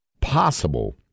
possible